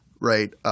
right